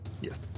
yes